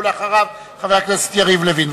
אחריו, חבר הכנסת יריב לוין.